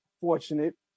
fortunate